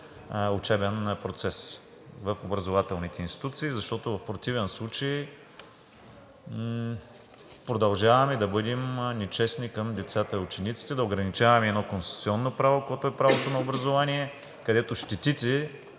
учебен процес в образователните институции“. Защото в противен случай продължаваме да бъдем нечестни към децата и учениците. Да ограничаваме едно конституционно право, каквото е правото на образование, където щетите,